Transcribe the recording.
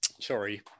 Sorry